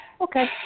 Okay